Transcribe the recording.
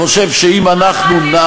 תן לנו דוגמה אחת.